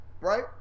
right